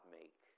make